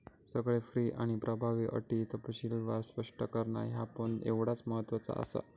सगळे फी आणि प्रभावी अटी तपशीलवार स्पष्ट करणा ह्या पण तेवढाच महत्त्वाचा आसा